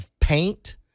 Paint